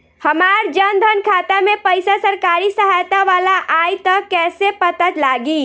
हमार जन धन खाता मे पईसा सरकारी सहायता वाला आई त कइसे पता लागी?